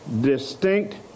distinct